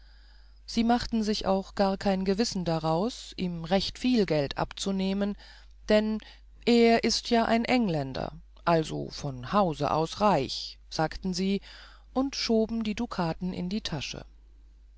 sie machten sich auch gar kein gewissen daraus ihm recht viel geld abzunehmen denn er ist ja ein engländer also von hause aus reich sagten sie und schoben die dukaten in die tasche